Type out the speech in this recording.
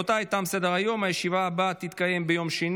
אני קובע כי הצעת חוק קיום דיונים